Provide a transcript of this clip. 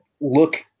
look –